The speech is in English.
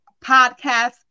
podcast